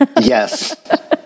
Yes